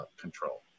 control